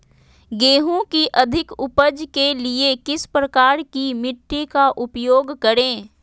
गेंहू की अधिक उपज के लिए किस प्रकार की मिट्टी का उपयोग करे?